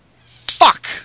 Fuck